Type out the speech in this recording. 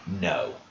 No